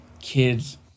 kids